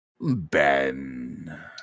Ben